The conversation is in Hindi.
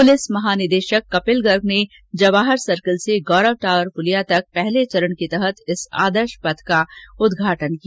पुलिस महानिदेशक कपिल गर्ग ने जवाहर सर्किल से गौरव टावर पलिया तक पहले चरण के तहत इस आदर्श पथ का उदघाटन किया